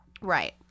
Right